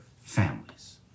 families